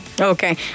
Okay